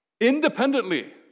Independently